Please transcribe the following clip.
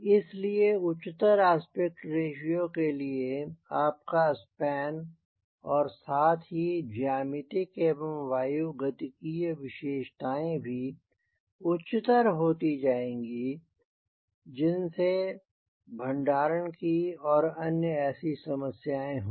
इस लिए उच्चतर आस्पेक्ट रेश्यो के लिए आपका स्पैन और साथ ही ज्यामितीय एवं वायुगतिकीय विशेषताएं भी उच्चतर हो जाएँगी जिनसे भण्डारण की और अन्य ऐसी समस्याएं होंगी